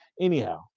Anyhow